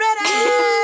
ready